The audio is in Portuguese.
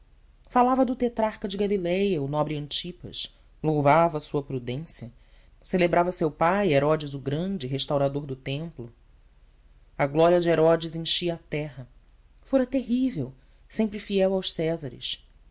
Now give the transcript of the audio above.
falava do tetrarca de galiléia o nobre antipas louvava a sua prudência celebrava seu pai herodes o grande restaurador do templo a glória de herodes enchia a terra fora terrível sempre fiel aos césares